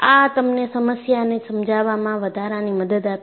આ તમને સમસ્યાને સમજવામાં વધારાની મદદ આપે છે